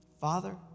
Father